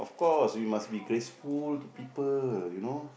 of course you must be graceful to people you know